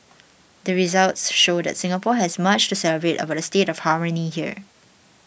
the results show that Singapore has much to celebrate about the state of harmony here